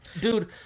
dude